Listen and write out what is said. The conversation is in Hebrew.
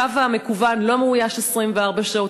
הקו המקוון לא מאויש 24 שעות,